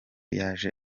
yaje